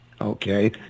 Okay